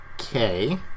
Okay